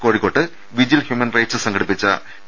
Kozhikode vigil human rights സംഘടിപ്പിച്ച P